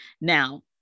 Now